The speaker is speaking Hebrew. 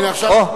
הנה, עכשיו